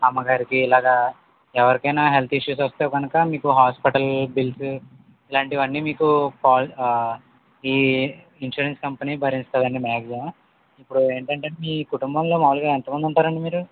అమ్మ గారికి ఇలాగా ఎవరికైనా హెల్త్ ఇష్యూస్ వస్తే కనుక మీకు హాస్పిటల్ బిల్స్ ఇలాంటివన్నీ మీకు ఈ ఇన్సూరెన్స్ కంపెనీ భరిస్తుందండి మ్యాగ్జిమమ్ ఇప్పుడు ఏంటంటే మీ కుటుంబంలో మామూలుగా ఎంతమంది ఉంటారు అండీ మీరు